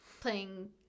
playing